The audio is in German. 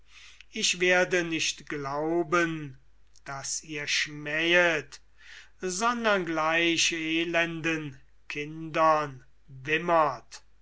ich werde nicht glauben daß ihr schmähet sondern gleich elenden kindern wimmert